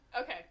okay